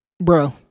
Bro